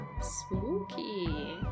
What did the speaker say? Spooky